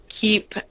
keep